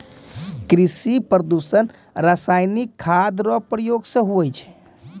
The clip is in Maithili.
कृषि प्रदूषण रसायनिक खाद रो प्रयोग से हुवै छै